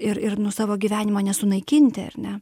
ir ir nu savo gyvenimo nesunaikinti ar ne